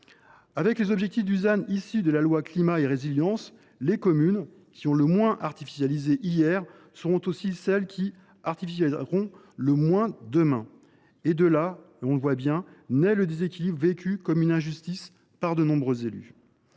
Avec les objectifs du ZAN issus de la loi Climat et résilience, les communes qui ont le moins artificialisé hier sont aussi celles qui artificialiseront le moins demain : en résulte un déséquilibre, vécu comme une injustice par de nombreux élus.